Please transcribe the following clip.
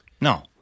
No